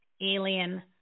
alien